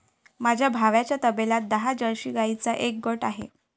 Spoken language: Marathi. माझ्या भावाच्या तबेल्यात दहा जर्सी गाईंचा एक गट आहे